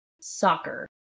soccer